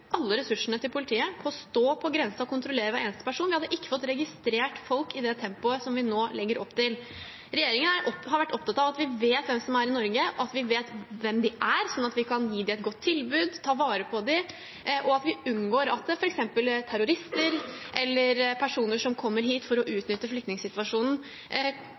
alle ressursene til politiet på at de kunne stå på grensen og kontrollere hver eneste person. Vi hadde ikke fått registrert folk i det tempoet vi nå legger opp til. Regjeringen har vært opptatt av at vi vet hvem som er i Norge, at vi vet hvem de er, slik at vi kan gi dem et godt tilbud, ta vare på dem, og at vi unngår at f.eks. terrorister eller personer som kommer hit for å utnytte flyktningsituasjonen,